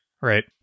right